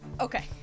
Okay